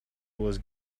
was